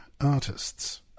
artists